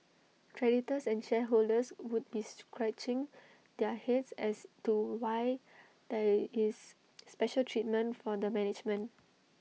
creditors and shareholders would be scratching their heads as to why there is special treatment for the management